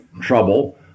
trouble